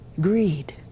Greed